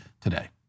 today